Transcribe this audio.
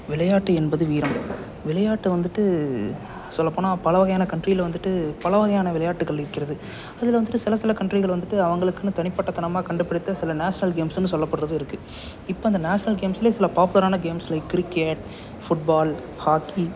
விளையாட்டு என்பது வீரம் விளையாட்டை வந்துவிட்டு சொல்லப்போனால் பல வகையான கண்ட்ரியில் வந்துவிட்டு பல வகையான விளையாட்டுகள் இருக்கிறது அதில் வந்துவிட்டு சில சில கண்ட்ரிகள் வந்துவிட்டு அவங்களுக்குனு தனிப்பட்டதனமாக கண்டுபிடித்த சில நேஷ்னல் கேம்ஸ்னு சொல்லப்படுறது இருக்கு இப்போ அந்த நேஷ்னல் கேம்ஸில் சில பாப்புலரான games like cricket football hockey